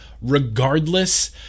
regardless